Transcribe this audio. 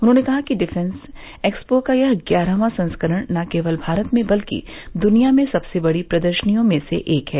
उन्होंने कहा कि डिफेंस एक्सपो का यह ग्यारहवां संस्करण न केवल भारत में बल्कि दुनिया में सबसे बड़ी प्रदर्शनियों में से एक है